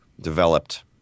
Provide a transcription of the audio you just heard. developed